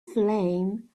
flame